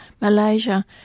Malaysia